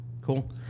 Cool